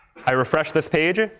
i refresh this page.